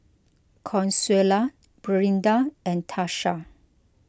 Consuela Brinda and Tarsha